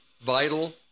vital